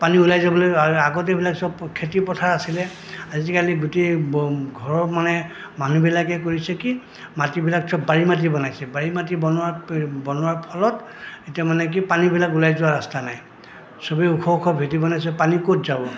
পানী ওলাই যাবলৈ আগতে এইবিলাক চব খেতি পথাৰ আছিলে আজিকালি গোটেই ব ঘৰৰ মানে মানুহবিলাকে কৰিছে কি মাটিবিলাক চব বাৰী মাটি বনাইছে বাৰী মাটি বন বনোৱাৰ ফলত এতিয়া মানে কি পানীবিলাক ওলাই যোৱা ৰাস্তা নাই চবেই ওখ ওখ ভেটি বনাইছে পানী ক'ত যাব